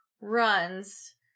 runs